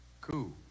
Cool